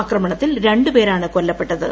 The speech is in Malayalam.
ആക്രമണത്തിൽ രണ്ട് പേരാണ് കൊല്ലപ്പെട്ടത്